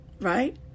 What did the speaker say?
right